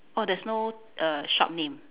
orh there's no shop err name